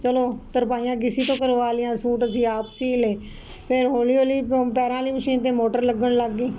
ਚਲੋ ਤਰਪਾਈਆਂ ਕਿਸੀ ਤੋਂ ਕਰਵਾ ਲਈਆਂ ਸੂਟ ਅਸੀਂ ਆਪ ਸੀਣ ਲਏ ਫਿਰ ਹੌਲੀ ਹੌਲੀ ਪੈਰਾਂ ਵਾਲੀ ਮਸ਼ੀਨ ਤੇ ਮੋਟਰ ਲੱਗਣ ਲੱਗ ਗਈ